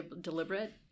deliberate